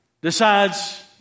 decides